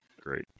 great